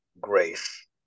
grace